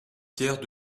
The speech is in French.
pierre